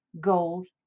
goals